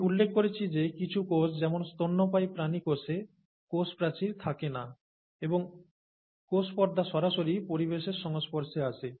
আমি উল্লেখ করেছি যে কিছু কোষ যেমন স্তন্যপায়ী প্রাণী কোষে কোষ প্রাচীর থাকে না এবং কোষ পর্দা সরাসরি পরিবেশের সংস্পর্শে আসে